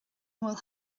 bhfuil